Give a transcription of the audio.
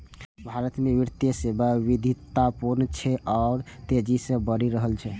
भारत मे वित्तीय सेवा विविधतापूर्ण छै आ तेजी सं बढ़ि रहल छै